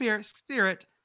spirit